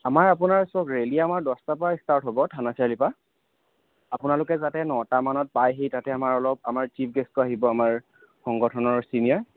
আমাৰ আপোনাৰ চাওক ৰেলী আমাৰ দহটাৰপৰা ইষ্টাৰ্ট হ'ব থানা চাৰিআলিপৰা আপোনালোকে যাতে নটামানত পায়হি তাতে আমাৰ অলপ আমাৰ চীফ গেষ্টো আহিব আমাৰ সংগঠনৰ ছিনিয়ৰ